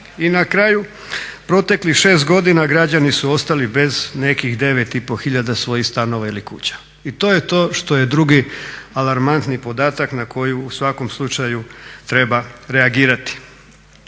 I na kraju proteklih 6 godina građani su ostali bez nekakvih 9,5 tisuća svojih stanova ili kuća. I to je to što je drugi alarmantni podatak na koji u svakom slučaju treba reagirati.